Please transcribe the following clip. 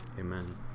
Amen